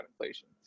inflation